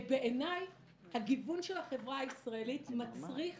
בעיניי הגיוון של החברה הישראלית מצריך